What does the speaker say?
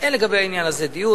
היה לגבי זה דיון.